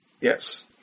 Yes